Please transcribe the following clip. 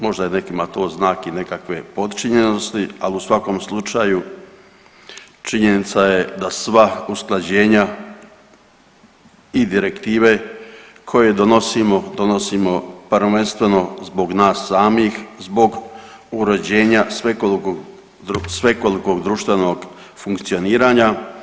Možda je nekima to znak i nekakve opčinjenosti, ali u svakom slučaju činjenica je da sva usklađenja i direktive koje donosimo, donosimo prvenstveno zbog nas samih, zbog uređen ja svekolikog, svekolikog društvenog funkcioniranja.